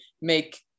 make